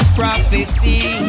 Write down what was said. prophecy